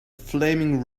flaming